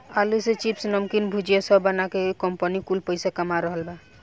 आलू से चिप्स, नमकीन, भुजिया सब बना के कंपनी कुल पईसा कमा रहल बा